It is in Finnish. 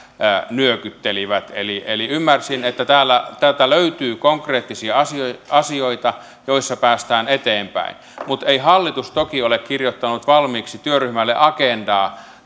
nyökyttelivät eli eli ymmärsin että täältä löytyy konkreettisia asioita joissa päästään eteenpäin mutta hallitus ei toki ole kirjoittanut valmiiksi työryhmälle agendaa